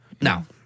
Now